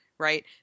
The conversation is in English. right